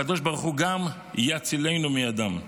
הקדוש ברוך הוא גם יצילנו מידם.